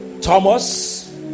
Thomas